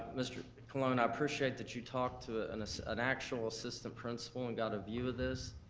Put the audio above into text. mr. colon, i appreciate that you talked to an ah an actual assistant principal and got a view of this.